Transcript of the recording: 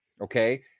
okay